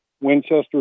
Winchester